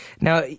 Now